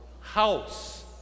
house